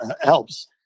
helps